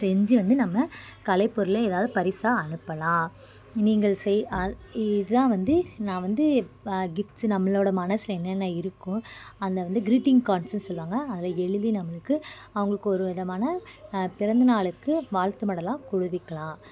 செஞ்சு வந்து நம்ம கலைப்பொருள் ஏதாவது பரிசாக அனுப்பலாம் நீங்கள் செய்ய இதுதான் வந்து நான் வந்து கிஃப்ட்ஸ்ஸு நம்மளோடய மனசில் என்னென்ன இருக்கும் அதை வந்து க்ரீட்டிங் கார்ட்ஸுன்னு சொல்லுவாங்க அதில் எழுதி நம்மளுக்கும் அவங்களுக்கு ஒரு விதமான பிறந்தநாளுக்கு வாழ்த்து மடலாக குடுக்கலாம்